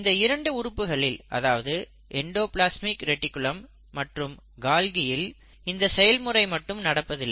இந்த இரண்டு உறுப்புகளில் அதாவது எண்டோப்லஸ்மிக் ரெடிக்குலம் மற்றும் கால்கியில் இந்த செயல்முறை மட்டும் நடப்பதில்லை